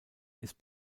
ist